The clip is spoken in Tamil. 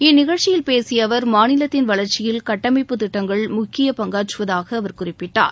இந்நிகழ்ச்சியில் பேசிய அவர் மாநிலத்தின் வளர்ச்சியில் கட்டமைப்பு திட்டங்கள் முக்கிய பங்காற்றுவதாக அவர் குறிப்பிட்டார்